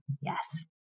yes